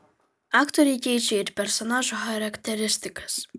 aktoriai keičia ir personažų charakteristikas